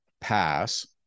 pass